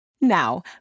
Now